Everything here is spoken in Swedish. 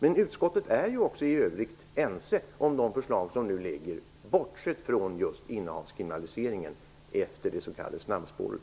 Men utskottet är också i övrigt ense om de förslag som nu ligger, bortsett från just innehavskriminaliseringen efter det s.k. snabbspåret.